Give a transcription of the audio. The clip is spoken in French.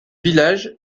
village